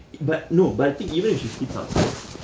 but no but the thing even if she sleeps outside